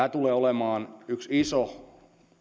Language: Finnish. olemaan yksi iso